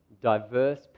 diverse